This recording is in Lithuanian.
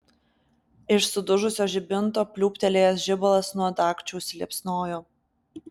iš sudužusio žibinto pliūptelėjęs žibalas nuo dagčio užsiliepsnojo